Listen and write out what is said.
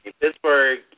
Pittsburgh